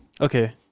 Okay